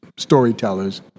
Storytellers